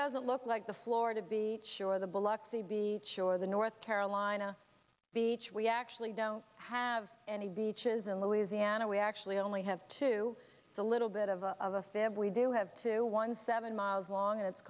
doesn't look like the florida be sure the biloxi the beach or the north carolina beach we actually don't have any beaches in louisiana we actually only have two a little bit of a fan we do have two one seven miles long and it's